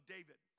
David